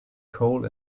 coal